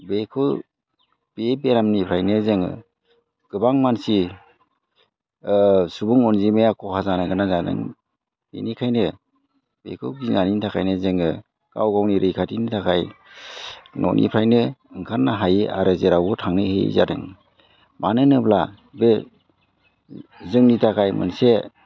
बेखौ बे बेरामनिफ्रायनो जोङो गोबां मानसि सुबुं अनजिमाया खहा जानो गोनां जादों बिनिखायनो बेखौ गिनायनि थाखायनो जोङो गाव गावनि रैखाथिनि थाखाय न'निफ्रायनो ओंखारनो हायै आरो जेरावबो थांनो हायै जादों मानो होनोब्ला बे जोंनि थाखाय मोनसे